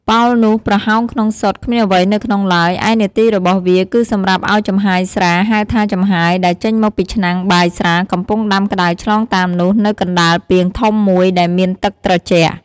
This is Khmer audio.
ប៉ោលនោះប្រហោងក្នុងសុទ្ធ គ្មានអ្វីនៅក្នុងឡើយ ឯនាទីរបស់វាគឺសម្រាប់ឲ្យចំហាយស្រា ហៅថា «ចំហាយ» ដែលចេញមកពីឆ្នាំងបាយស្រាកំពុងដាំក្តៅឆ្លងតាមនោះនៅកណ្តាលពាងធំមួយដែលមានទឹកត្រជាក់។